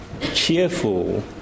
cheerful